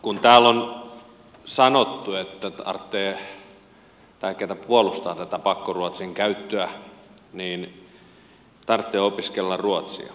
kun täällä ne jotka puolustavat pakkoruotsin käyttöä ovat sanoneet että tarvitsee opiskella ruotsia niin minkä takia